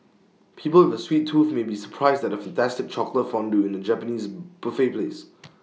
people with A sweet tooth may be surprised at A fantastic chocolate fondue in A Japanese buffet place